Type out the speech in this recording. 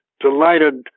delighted